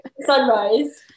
Sunrise